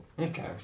Okay